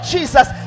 Jesus